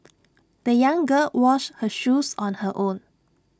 the young girl washed her shoes on her own